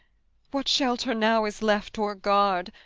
what shelter now is left or guard?